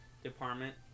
department